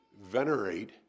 venerate